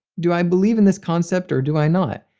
do i believe in this concept or do i not?